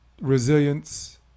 resilience